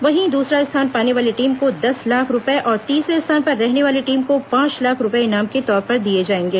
वहीं दूसरा स्थान पाने वाली टीम को दस लाख रूपये और तीसरे स्थान पर रहने वाली टीम को पांच लाख रूपये इनाम के तौर पर दिए जाएंगे